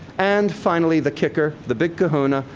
and finally, the kicker, the big kahuna,